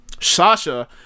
Sasha